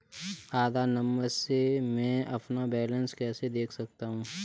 आधार number से मैं अपना बैलेंस कैसे देख सकता हूँ?